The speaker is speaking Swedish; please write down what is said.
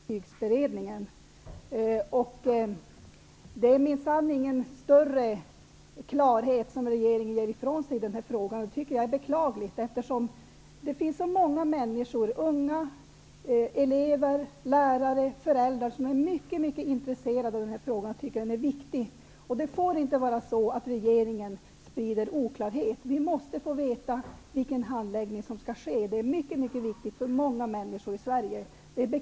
Fru talman! Statsministern sade verkligen att det skulle göras en grundlig omarbetning av Betygsberedningens förslag. Det ges minsann ingen större klarhet från regeringen ger ifrån sig i denna fråga. Det tycker jag är beklagligt. Det finns så många människor -- elever, lärare, föräldrar -- som är mycket intresserade av denna fråga och tycker den är viktig. Det får inte vara så att regeringen sprider oklarhet. Vi måste få veta vilken handläggning som skall ske. Det är mycket viktigt för många människor i Sverige.